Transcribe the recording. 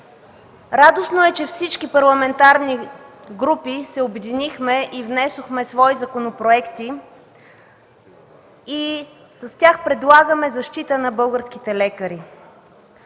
Радостно е, че всички парламентарни групи се обединихме и внесохме свои законопроекти и с тях предлагаме защита на българските лекари.